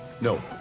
no